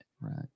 Right